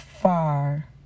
far